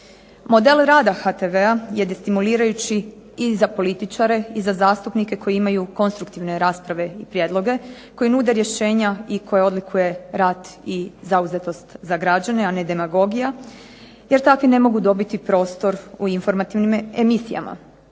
Model rada HTV-a je destimulirajući i za političare i za zastupnike koji imaju konstruktivne rasprave i prijedloge koji nude rješenja i koje odlikuje rad i zauzetost za građane a ne demagogija, jer takvi ne mogu dobiti prostor u informativnim emisijama.